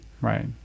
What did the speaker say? Right